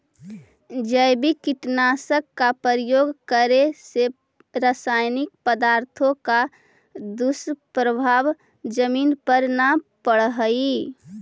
जैविक कीटनाशक का प्रयोग करे से रासायनिक पदार्थों का दुष्प्रभाव जमीन पर न पड़अ हई